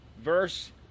Verse